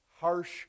harsh